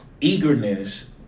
eagerness